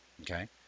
okay